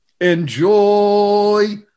enjoy